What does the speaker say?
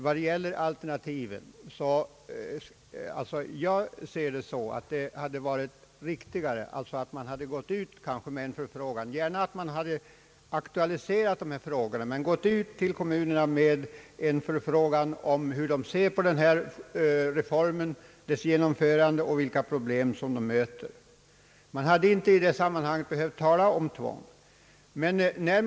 Vad gäller alternativen ser jag saken så, att det hade varit riktigare att i samband med att dessa frågor aktualiserades tillfråga kommunerna hur de ser på denna reform och dess genomförande samt vilka problem som kan möta. Man hade inte behövt tala om tvång i det sammanhanget.